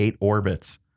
orbits